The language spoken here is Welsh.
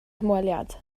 hymweliad